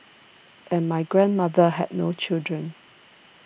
and my grandmother had no children